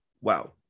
wow